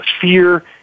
fear